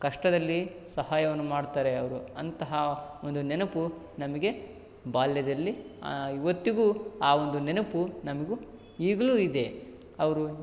ಕಷ್ಟದಲ್ಲಿ ಸಹಾಯವನ್ನು ಮಾಡ್ತಾರೆ ಅವರು ಅಂತಹ ಒಂದು ನೆನಪು ನಮಗೆ ಬಾಲ್ಯದಲ್ಲಿ ಇವತ್ತಿಗೂ ಆ ಒಂದು ನೆನಪು ನಮಗೂ ಈಗಲೂ ಇದೆ ಅವರು